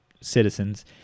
citizens